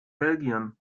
belgien